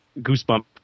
goosebump